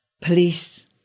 police